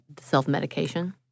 self-medication